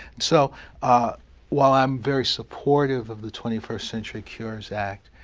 so ah while i'm very supportive of the twenty first century cures act,